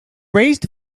raised